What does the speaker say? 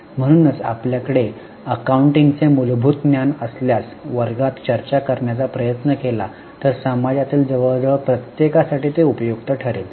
म्हणूनच आपल्याकडे अकाउंटिंग चे मूलभूत ज्ञान असल्यास वर्गात चर्चा करण्याचा प्रयत्न केला तर समाजातील जवळजवळ प्रत्येकासाठी ते उपयुक्त ठरेल